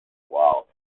while